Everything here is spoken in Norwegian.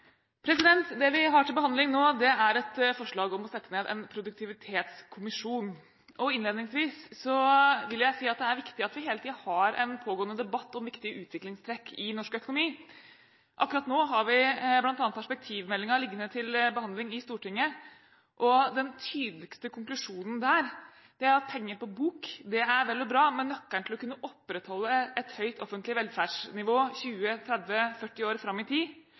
Det vi har til behandling nå, er et forslag om å sette ned en produktivitetskommisjon. Innledningsvis vil jeg si at det er viktig at vi hele tiden har en pågående debatt om viktige utviklingstrekk i norsk økonomi. Akkurat nå har vi bl.a. perspektivmeldingen liggende til behandling i Stortinget. Den tydeligste konklusjonen der er at penger på bok er vel og bra, men nøkkelen til å kunne opprettholde et høyt offentlig velferdsnivå 20, 30 og 40 år fram i tid